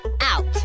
out